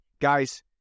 Guys